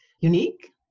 unique